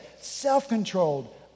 self-controlled